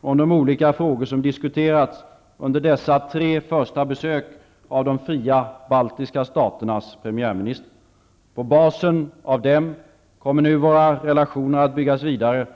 om de olika frågor som diskuterats under dessa tre första besök av de fria baltiska staternas premiärministrar. På basen av dem kommer nu våra relationer att byggas vidare.